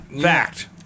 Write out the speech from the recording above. Fact